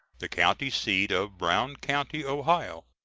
the county seat of brown county, ohio.